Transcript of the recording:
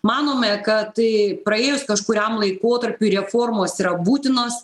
manome kad praėjus kažkuriam laikotarpiui reformos yra būtinos